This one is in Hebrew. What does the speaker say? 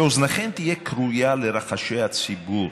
שאוזנכם תהיה כרויה לרחשי הציבור.